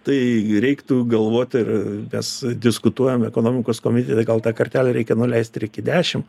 tai reiktų galvot ir mes diskutuojam ekonomikos komitete gal tą kartelę reikia nuleist ir iki dešim